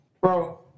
bro